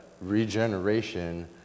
regeneration